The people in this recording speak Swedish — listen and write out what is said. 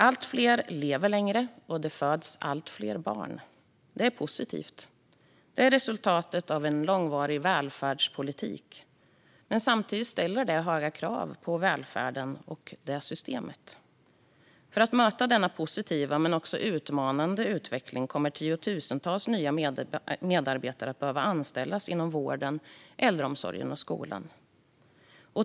Allt fler lever längre, och det föds allt fler barn. Det är positivt. Det är resultatet av en långvarig välfärdspolitik. Men det ställer samtidigt höga krav på välfärdssystemet. För att möta denna positiva men också utmanande utveckling kommer tiotusentals nya medarbetare att behöva anställas inom vården, äldreomsorgen och skolan.